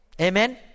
Amen